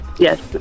Yes